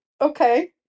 okay